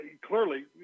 clearly